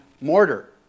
mortar